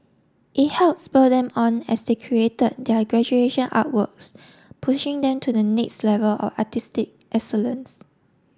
it help spur them on as they created their graduation artworks pushing them to the next level of artistic excellence